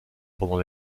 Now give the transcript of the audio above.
pendant